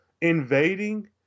invading